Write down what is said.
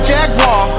Jaguar